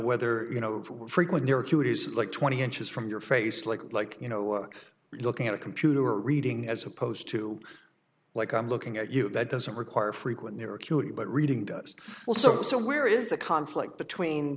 whether you know frequently or cute is like twenty inches from your face like like you know looking at a computer or reading as opposed to like i'm looking at you that doesn't require frequent near acuity but reading does also so where is the conflict between